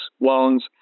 loans